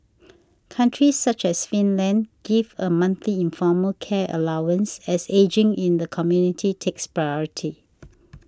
countries such as Finland give a monthly informal care allowance as ageing in the community takes priority